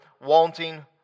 wanting